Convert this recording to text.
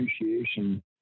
appreciation